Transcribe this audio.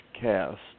cast